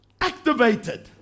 activated